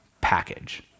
package